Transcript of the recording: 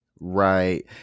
Right